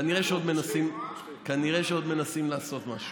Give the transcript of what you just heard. כנראה שעוד מנסים לעשות משהו.